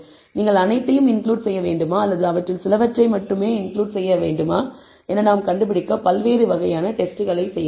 நீங்கள் அனைத்தையும் இன்கிளுட் செய்ய வேண்டுமா அல்லது அவற்றில் சிலவற்றை மட்டுமே இன்கிளுட் செய்ய என நாம் கண்டுபிடிக்க பல்வேறு வகையான டெக்ஸ்ட்களைச் செய்யலாம்